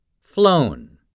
flown